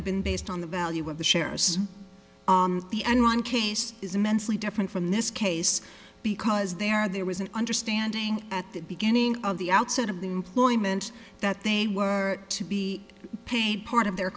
have been based on the value of the shares on the enron case is immensely different from this case because there there was an understanding at the beginning of the outset of the employment that they were to be paid part of their